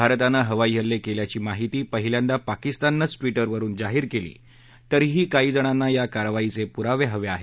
भारतानं हवाई हल्ले केल्याची माहिती पहिल्यांदा पाकिस्तानंच ंक्रिउवरून जाहीर केली तरीही काही जणांना या कारवाईचे पुरावे हवे आहेत